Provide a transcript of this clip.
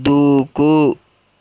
దూకు